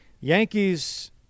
Yankees